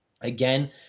again